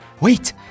wait